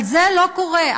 אבל זה לא קורה.